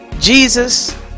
Jesus